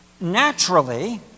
Naturally